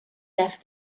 left